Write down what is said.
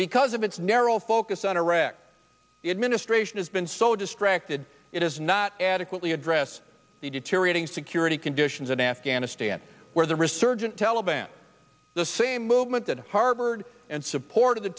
because of its narrow focus on iraq the administration has been so distracted it is not adequately address the deteriorating security conditions in afghanistan where the resurgent taliban the same movement that harbored and support of the